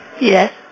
Yes